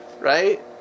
right